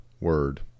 word